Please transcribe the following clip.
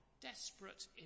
desperate